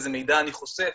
איזה מידע אני חושף,